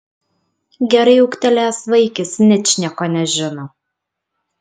gerai ūgtelėjęs vaikis ničnieko nežino